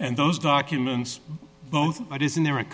and those documents both but isn't there a